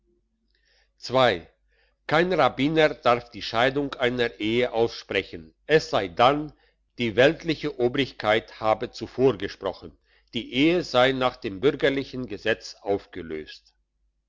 kein rabbiner darf die scheidung einer ehe aussprechen es sei dann die weltliche obrigkeit habe zuvor gesprochen die ehe sei nach dem bürgerlichen gesetz aufgelöst